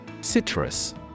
Citrus